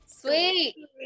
sweet